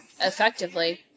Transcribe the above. effectively